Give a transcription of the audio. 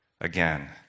again